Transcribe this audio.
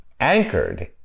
anchored